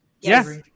yes